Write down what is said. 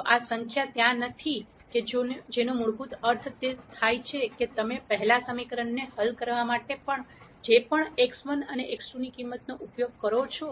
જો આ સંખ્યા ત્યાં નથી કે જેનો મૂળભૂત અર્થ તે થાય છે કે તમે પહેલા સમીકરણને હલ કરવા માટે જે પણ x1 અને x2 કિંમતોનો ઉપયોગ કરો છો